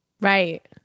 Right